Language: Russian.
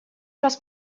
раз